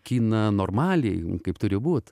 kiną normaliai kaip turi būt